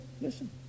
Listen